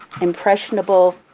impressionable